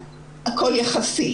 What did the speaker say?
ראשית, הכול יחסי.